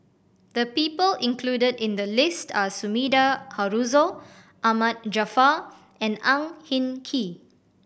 the people included in the list are Sumida Haruzo Ahmad Jaafar and Ang Hin Kee